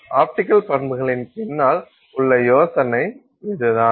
optical பண்புகளின் பின்னால் உள்ள யோசனை இதுதான்